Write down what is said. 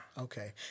Okay